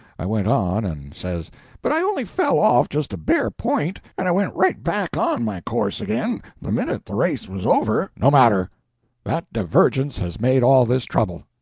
i went on, and says but i only fell off just a bare point, and i went right back on my course again the minute the race was over. no matter that divergence has made all this trouble.